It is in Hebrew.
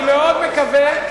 אני מאוד מקווה,